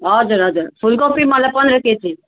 हजुर हजुर फुलकोपी मलाई पन्ध्र केजी